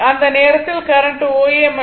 அந்த நேரத்தில் current O A ஆகும்